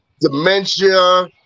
dementia